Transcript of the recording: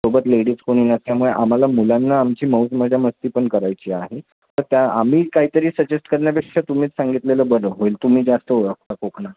सोबत लेडीज कोणी नसल्यामुळे आम्हाला मुलांना आमची मौजमजा मस्तीपण करायची आहे तर त्या आम्ही काहीतरी सजेस्ट करण्यापेक्षा तुम्हीच सांगितलेलं बरं होईल तुम्ही जास्त ओळखता कोकनात